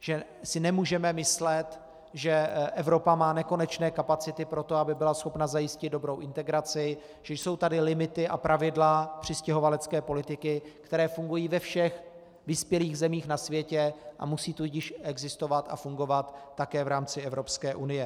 že si nemůžeme myslet, že Evropa má nekonečné kapacity pro to, aby byla schopna zajistit dobrou integraci, že jsou tady limity a pravidla přistěhovalecké politiky, která fungují ve všech vyspělých zemích na světě, a musí tudíž existovat a fungovat také v rámce Evropské unie.